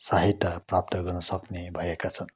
सहायता प्राप्त गर्नसक्ने भएका छन्